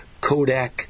Kodak